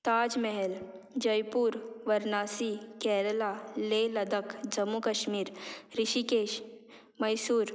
Taj Mahal Jaipur Varanasi Kerala Leh Ladakh Jammu Kashmir Rishikesh Mysore